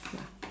ya